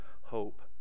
hope